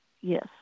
Yes